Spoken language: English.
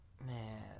man